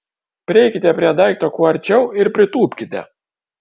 prieikite prie daikto kuo arčiau ir pritūpkite